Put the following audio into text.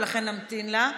ולכן נמתין לה.